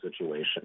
situation